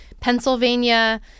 Pennsylvania